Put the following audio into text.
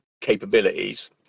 capabilities